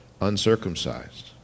uncircumcised